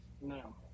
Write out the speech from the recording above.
No